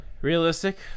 Realistic